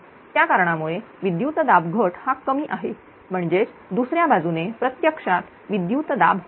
त्या कारणामुळे विद्युत दाब घट हा कमी आहे म्हणजेच दुसऱ्या बाजूने प्रत्यक्षात विद्युतदाब वाढ